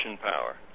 power